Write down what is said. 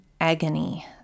agony